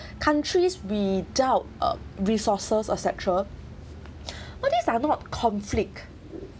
countries without uh resources et cetera but these are not conflict